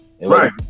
Right